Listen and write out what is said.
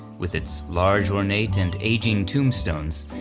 with its large ornate and ageing tombstones,